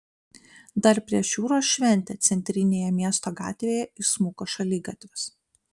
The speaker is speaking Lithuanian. dar prieš jūros šventę centrinėje miesto gatvėje įsmuko šaligatvis